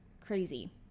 crazy